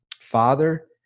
Father